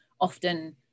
often